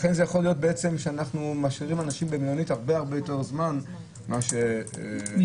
לכן יכול להיות שאנחנו משאירים אנשים במלונית הרבה יותר זמן ממה שצריך.